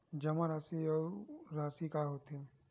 जमा राशि अउ राशि का होथे?